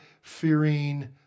fearing